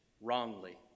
wrongly